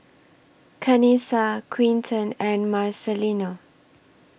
Kanisha Quinten and Marcelino